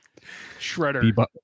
Shredder